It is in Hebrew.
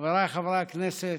חבריי חברי הכנסת,